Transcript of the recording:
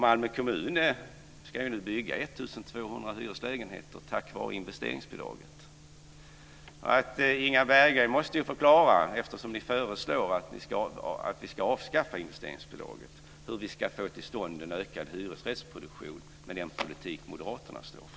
Malmö kommun ska bygga 1 200 hyreslägenheter tack vare investeringsbidraget. Eftersom moderaterna föreslår att investeringsbidraget ska avskaffas måste Inga Berggren förklara hur vi med den politik som ni står för ska få till stånd en ökad hyresrättsproduktion.